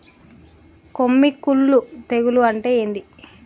కొమ్మి కుల్లు తెగులు అంటే ఏంది?